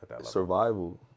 survival